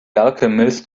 alchemist